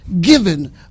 given